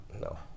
no